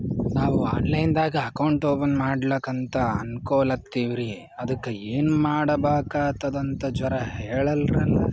ನಾವು online ದಾಗ account open ಮಾಡ್ಲಕಂತ ಅನ್ಕೋಲತ್ತೀವ್ರಿ ಅದಕ್ಕ ಏನ ಮಾಡಬಕಾತದಂತ ಜರ ಹೇಳ್ರಲ?